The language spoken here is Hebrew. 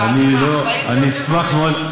אני אשמח מאוד,